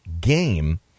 game